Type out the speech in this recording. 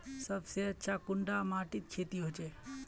सबसे अच्छा कुंडा माटित खेती होचे?